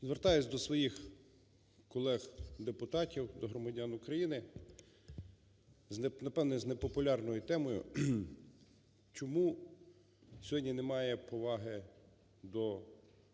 Звертаюсь до своїх колег-депутатів, до громадян України, напевно, непопулярною темою: чому сьогодні немає поваги до